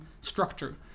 structure